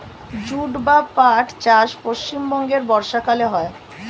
jute বা পাট চাষ পশ্চিমবঙ্গে বর্ষাকালে হয়